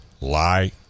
lie